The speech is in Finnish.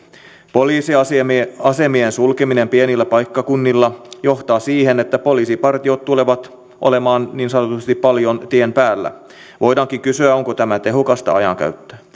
poliisiasemien sulkeminen pienillä paikkakunnilla johtaa siihen että poliisipartiot tulevat olemaan niin sanotusti paljon tien päällä voidaankin kysyä onko tämä tehokasta ajankäyttöä